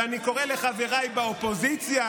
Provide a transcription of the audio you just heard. ואני קורא לחבריי באופוזיציה,